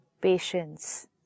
patience